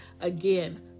Again